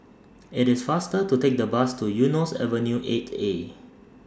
IT IS faster to Take The Bus to Eunos Avenue eight A